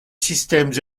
systèmes